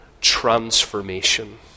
transformation